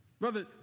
Brother